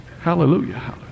hallelujah